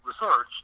research